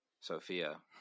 Sophia